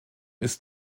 ist